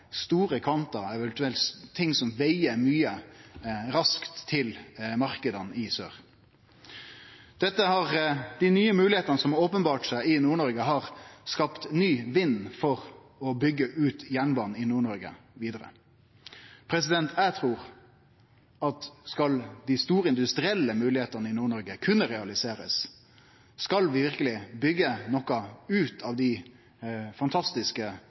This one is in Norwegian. store kvanta – eventuelt ting som veg mykje – raskt til marknadene i sør. Dei nye moglegheitene som har openberra seg i Nord-Noreg, har skapt ny vind for å byggje ut jernbanen i Nord-Noreg vidare. Eg trur at skal dei store industrielle moglegheitene i Nord-Noreg kunne realiserast, skal vi verkeleg byggje noko ut av dei fantastiske